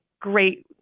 great